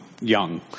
young